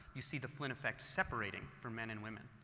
you see the flynn effect separating for men and women.